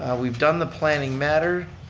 we've done the planning matter.